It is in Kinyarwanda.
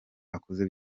akoze